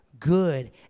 Good